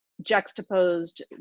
juxtaposed